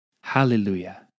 Hallelujah